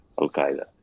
al-Qaeda